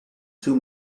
two